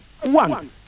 One